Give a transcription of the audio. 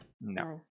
No